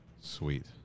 Sweet